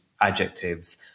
adjectives